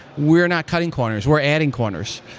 we're not cutting corners. we're adding corners.